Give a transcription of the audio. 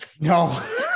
no